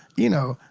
you know.